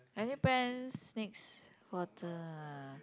any plans next quarter